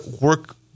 work